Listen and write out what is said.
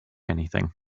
anything